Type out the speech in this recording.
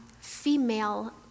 female